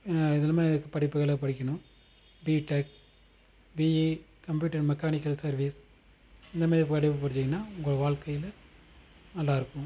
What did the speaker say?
இதிலமே படிப்புகள் படிக்கணும் BTech BE computer mechanical service இந்த மாரி படிப்பு படிச்சீங்கன்னால் உங்கள் வாழ்க்கையில நல்லாயிருக்கும்